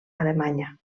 alemanya